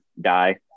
die